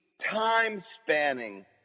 time-spanning